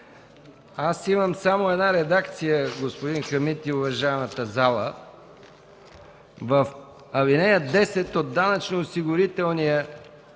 Имам само една редакция, господин Хамид и уважаваната зала – в ал. 10 от Данъчно-осигурителния